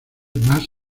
más